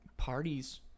Parties